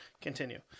continue